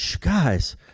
guys